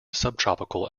subtropical